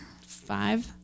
Five